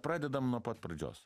pradedam nuo pat pradžios